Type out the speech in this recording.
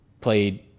played